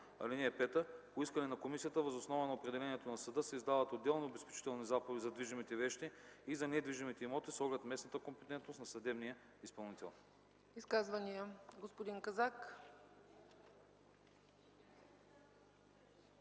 съда. (5) По искане на комисията въз основа на определението на съда се издават отделни обезпечителни заповеди за движимите вещи и за недвижимите имоти с оглед местната компетентност на съдебния изпълнител.” ПРЕДСЕДАТЕЛ ЦЕЦКА